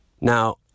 Now